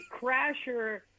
crasher